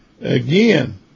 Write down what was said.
Again